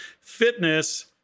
fitness